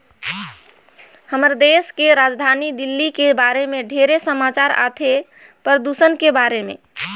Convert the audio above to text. हमर देश के राजधानी दिल्ली के बारे मे ढेरे समाचार आथे, परदूषन के बारे में